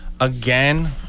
Again